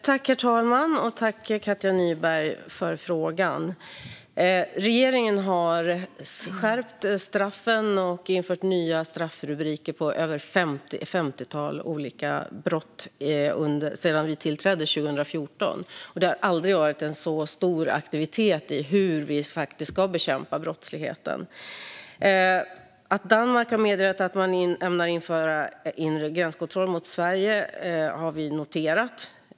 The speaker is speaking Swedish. Herr talman! Tack, Katja Nyberg, för frågan! Regeringen har skärpt straffen och infört nya straffrubriker för ett femtiotal olika brott sedan vi tillträdde 2014. Det har aldrig varit en så stor aktivitet när det gäller hur vi ska bekämpa brottsligheten. Att Danmark har meddelat att man ämnar införa inre gränskontroll mot Sverige har vi noterat.